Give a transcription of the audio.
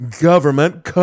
government